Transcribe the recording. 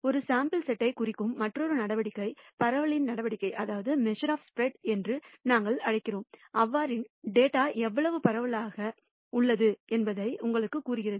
ஒரு sample set ஐ குறிக்கும் மற்றொரு நடவடிக்கை பரவலின் நடவடிக்கைகள் என்று நாங்கள் அழைக்கிறோம் அவற்றின் டேட்டா எவ்வளவு பரவலாக உள்ளது என்பதை உங்களுக்குக் கூறுகிறது